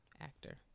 actor